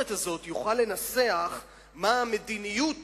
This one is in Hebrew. יוכל לנסח מה המדיניות